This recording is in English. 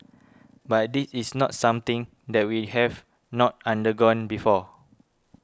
but this is not something that we have not undergone before